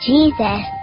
Jesus